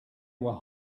were